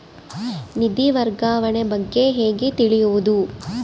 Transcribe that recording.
ನಿಧಿ ವರ್ಗಾವಣೆ ಬಗ್ಗೆ ಹೇಗೆ ತಿಳಿಯುವುದು?